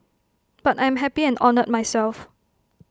but I'm happy and honoured myself